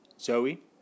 Zoe